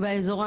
באזור,